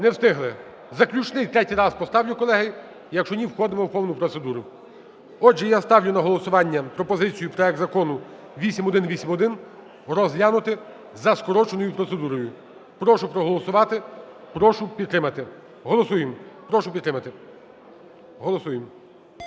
Не встигли. Заключний третій раз поставлю, колеги, якщо ні, входимо в повному процедуру. Отже, я ставлю на голосування пропозицію проект закону 8181 розглянути за скороченою процедурою. Прошу проголосувати, прошу підтримати. Голосуємо. Прошу підтримати. Голосуємо.